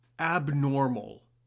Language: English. abnormal